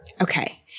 Okay